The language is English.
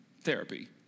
therapy